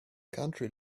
country